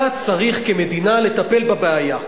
אתה צריך, כמדינה, לטפל בבעיה.